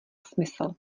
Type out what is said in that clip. smysl